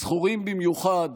זכורים במיוחד